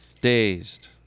dazed